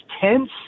tense